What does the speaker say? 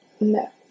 No